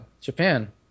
Japan